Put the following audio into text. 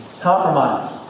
Compromise